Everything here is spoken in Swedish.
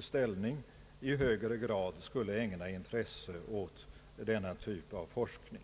ställning i högre grad skulle ägna intresse åt denna typ av forskning.